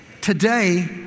today